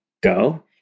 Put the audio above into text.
go